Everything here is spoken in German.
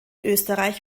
österreich